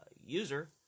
user